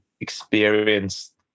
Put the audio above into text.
experienced